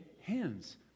hands